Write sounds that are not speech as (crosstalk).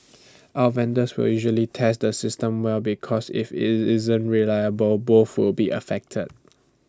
(noise) our vendors will usually test the systems well because if IT isn't reliable both will be affected